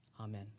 Amen